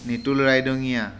Nitul Raidongia